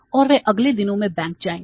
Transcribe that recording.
और वे अगले दिनों में बैंक जाएंगे